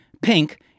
Pink